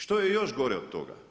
Što je još gore od toga?